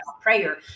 prayer